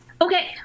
Okay